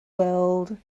world